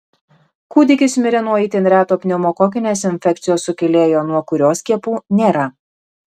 kūdikis mirė nuo itin reto pneumokokinės infekcijos sukėlėjo nuo kurio skiepų nėra